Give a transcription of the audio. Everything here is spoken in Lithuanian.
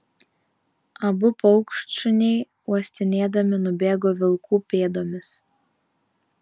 abu paukštšuniai uostinėdami nubėgo vilkų pėdomis